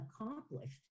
accomplished